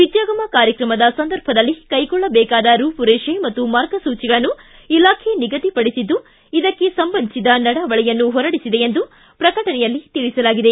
ವಿದ್ಯಾಗಮ ಕಾರ್ಯಕ್ರಮದ ಸಂದರ್ಭದಲ್ಲಿ ಕೈಗೊಳ್ಳಬೇಕಾದ ರೂಪುರೇಷೆ ಮತ್ತು ಮಾರ್ಗಸೂಚಿಗಳನ್ನು ಇಲಾಖೆ ನಿಗದಿಪಡಿಸಿದ್ದು ಇದಕ್ಕೆ ಸಂಬಂಧಿಸಿದ ನಡಾವಳಿಯನ್ನು ಹೊರಡಿಸಿದೆ ಎಂದು ಪ್ರಕಟಣೆಯಲ್ಲಿ ತಿಳಿಸಲಾಗಿದೆ